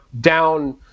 down